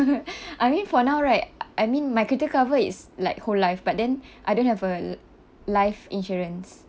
I mean for now right I mean my critical cover is like whole life but then I don't have a l~ life insurance